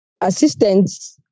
assistants